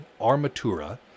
Armatura